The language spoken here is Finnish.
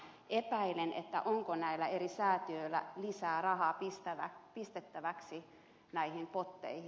epäilen onko näillä eri säätiöillä lisää rahaa pistettäväksi näihin potteihin